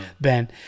Ben